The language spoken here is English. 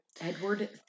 Edward